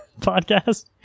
podcast